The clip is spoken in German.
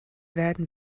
werden